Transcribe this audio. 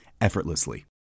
effortlessly